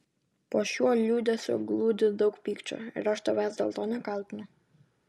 po šiuo liūdesiu glūdi daug pykčio ir aš tavęs dėl to nekaltinu